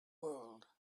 world